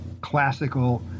classical